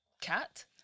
Cat